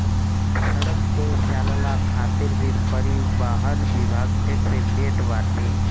सड़क पअ चलला खातिर भी परिवहन विभाग टेक्स लेट बाटे